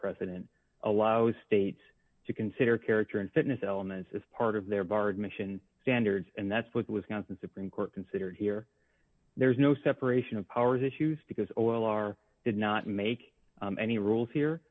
precedent allows states to consider character and fitness elements as part of their barred mission standards and that's what was going to supreme court considered here there's no separation of powers issues because oil are did not make any rules